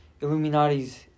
Illuminatis